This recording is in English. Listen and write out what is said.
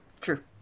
True